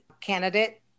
candidate